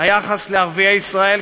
היחס לערביי ישראל,